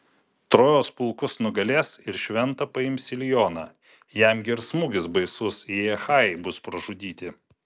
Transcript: trojos pulkus nugalės ir šventą paims ilioną jam gi ir smūgis baisus jei achajai bus pražudyti